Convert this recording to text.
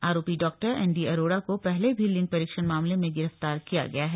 आरोपी doctor N D Arora पहले भी लिंग परीक्षण मामले में गिरफ्तार किया गया है